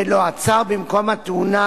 ולא עצר במקום התאונה,